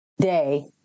day